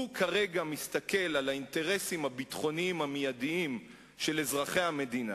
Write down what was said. הוא כרגע מסתכל על האינטרסים הביטחוניים המיידיים של אזרחי המדינה.